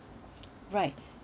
right